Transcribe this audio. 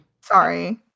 sorry